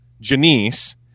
Janice